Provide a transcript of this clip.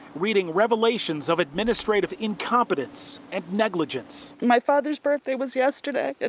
reading revelations of administrative incompetence and negligence. my father's birthday was yesterday. and